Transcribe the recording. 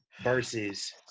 versus